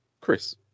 Chris